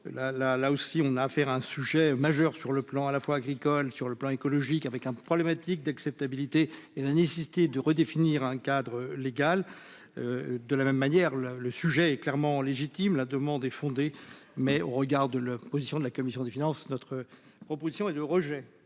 là aussi, on a affaire, un sujet majeur sur le plan à la fois agricole sur le plan écologique, avec un peu problématique d'acceptabilité et la nécessité de redéfinir un cadre légal de la même manière, le, le sujet est clairement légitime la demande est fondée, mais au regard de la position de la commission des finances, notre proposition et de rejet,